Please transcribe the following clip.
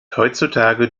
heutzutage